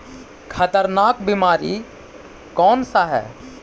खतरनाक बीमारी कौन सा है?